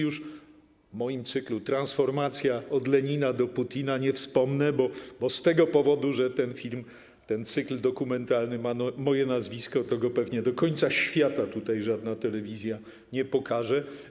Już o moim cyklu ˝Transformacja - od Lenina do Putina˝ nie wspomnę, bo z tego powodu, że ten film, ten cykl dokumentalny ma moje nazwisko, to go pewnie do końca świata żadna telewizja nie pokaże.